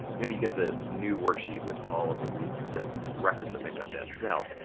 you know, you get the new worksheet with all of the reason the records that make up that cell,